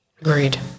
Agreed